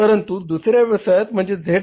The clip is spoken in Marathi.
परंतु दुसर्या व्यवसाय म्हणजेच Z